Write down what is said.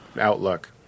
outlook